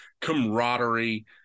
camaraderie